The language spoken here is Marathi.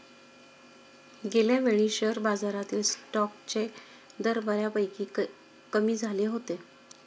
गेल्यावेळी शेअर बाजारातील स्टॉक्सचे दर बऱ्यापैकी कमी झाले होते